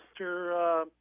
Mr